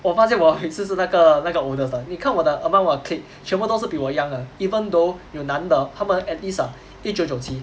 我发现我每次是那个那个 oldest 的你看我的 among 我的 clique 全部都是比我 young 的 even though 有男的他们 at least ah 一九九七